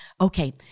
Okay